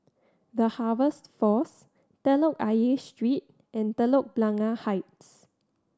The Harvest Force Telok Ayer Street and Telok Blangah Heights